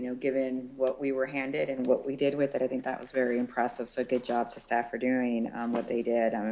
and given what we were handed and what we did with it, i think that was very impressive. so good job to staff for doing um what they did.